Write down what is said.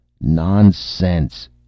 Nonsense